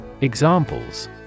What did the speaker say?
Examples